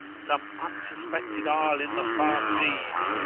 some unsuspected isle in the far seas!